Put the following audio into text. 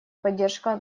поддержка